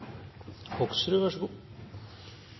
Toppe, vær så god.